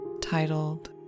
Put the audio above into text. titled